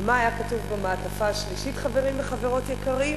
ומה היה כתוב במעטפה השלישית, חברים וחברות יקרים?